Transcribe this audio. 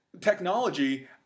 technology